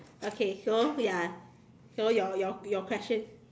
okay so ya so your your your question